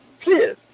please